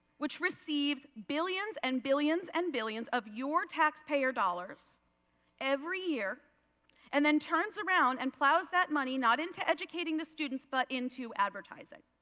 which receives billions and billions and billions of your taxpayer dollars every year and then turns around and plows that money not in to educating the students but in to advertising.